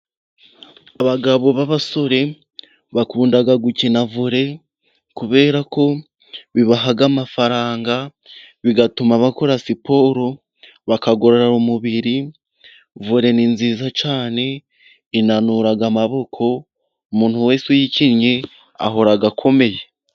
Abagabo b'abasore bakunda gukina vore kubera ko bibaha amafaranga, bigatuma bakora siporo bakagorora umubiri, vore ni nziza cyane inanura amaboko, umuntu wese uyikinnye ahora akomeye.